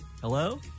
Hello